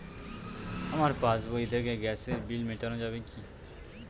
আমার পাসবই থেকে গ্যাসের বিল মেটানো যাবে কি?